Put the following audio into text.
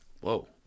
Whoa